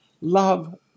Love